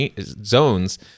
zones